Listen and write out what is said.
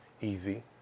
Easy